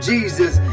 Jesus